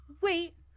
Wait